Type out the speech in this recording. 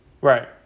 right